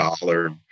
dollar